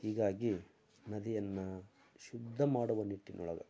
ಹೀಗಾಗಿ ನದಿಯನ್ನು ಶುದ್ಧ ಮಾಡುವ ನಿಟ್ಟಿನೊಳಗೆ